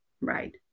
right